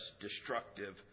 destructive